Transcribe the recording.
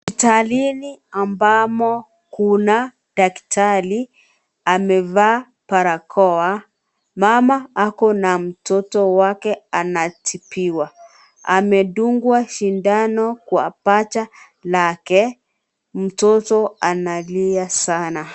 Hospitalini ambamo kuna daktari amevaa barakoa. Mama ako na mtoto wake anatibiwa. Amedungwa sindano kwa paja lake. Mtoto analia sana.